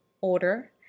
Order